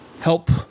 help